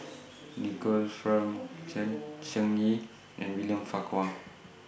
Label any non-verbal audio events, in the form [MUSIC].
[NOISE] Nicoll Fearns John Shen Xi and William Farquhar